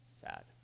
sad